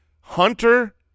Hunter